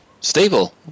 Stable